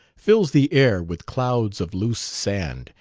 fills the air with clouds of loose sand,